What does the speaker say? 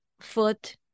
foot